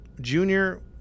Junior